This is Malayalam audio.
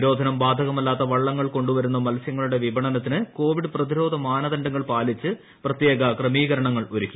നിരോധനം ബാധകമല്ലാത്ത വള്ളങ്ങൾ കൊണ്ടുവരുന്ന മത്സ്യങ്ങളുടെ വിപണനത്തിന് കോവിഡ് പ്രതിരോധ മാനദണ്ഡങ്ങൾ പാലിച്ച് പ്രത്യേക ക്രമീകരണങ്ങൾ ഒരുക്കി